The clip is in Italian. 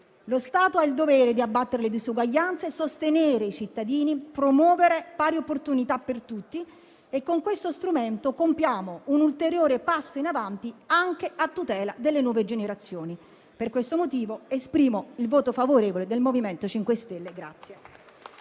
Lo Stato ha il dovere di abbattere le disuguaglianze e sostenere i cittadini, promuovere pari opportunità per tutti e con questo strumento compiamo un ulteriore passo in avanti anche a tutela delle nuove generazioni. Per questo motivo, esprimo il voto favorevole del MoVimento 5 Stelle.